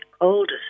oldest